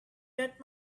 that